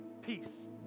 peace